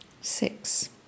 Six